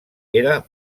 era